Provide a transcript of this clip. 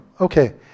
Okay